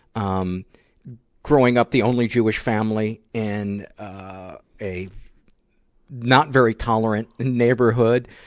um growing up the only jewish family in a not very tolerant neighborhood.